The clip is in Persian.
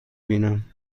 بینم